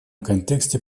контексте